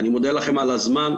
אני מודה לכם על הזמן,